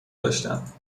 داشتم